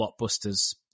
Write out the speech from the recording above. blockbusters